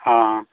ᱦᱮᱸ